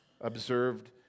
observed